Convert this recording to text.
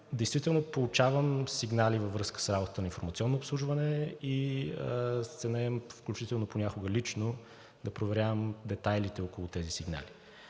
Действително получавам сигнали във връзка с работата на „Информационно обслужване“ и се наемам, включително понякога лично, да проверявам детайлите около тези сигнали.